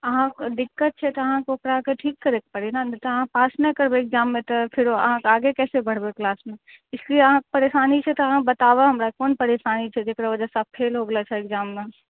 अहाँके दिक्कत छै तऽ अहाँके ओकराके ठीक करै पड़ै ने नहि तऽ अहाँ पास नहि करबै एक्जाममे तऽ फेरो अहाँके आगे कैसे बढ़बै क्लासमे इसलिए अहाँके परेशानी छै तऽ अहाँ बताबऽ हमरा कोन परेशानी छै जेकरा वजह सऽ अहाँ फेल भऽ गेलियै छियै एक्जाममे